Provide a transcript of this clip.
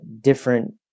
different